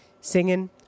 singing